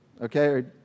Okay